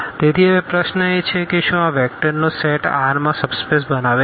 તેથી હવે પ્રશ્ન એ છે કે શું આ વેક્ટર્સનો સેટ R માં સબ સ્પેસ બનાવે છે